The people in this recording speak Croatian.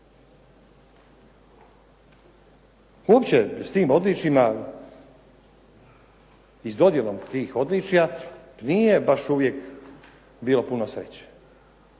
Uopće s tim odličjima i s dodjelom tih odličja nije baš uvijek bilo puno sreće.